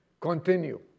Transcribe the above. Continue